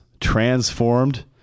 transformed